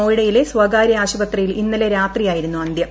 നോയ്ഡയിലെ സ്വകാര്യ ആശുപത്രിയിൽ ഇന്നലെ രാത്രിയായിരുന്നു അന്ത്യം